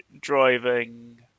Driving